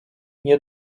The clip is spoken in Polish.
nie